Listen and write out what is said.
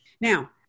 Now